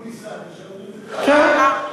כן.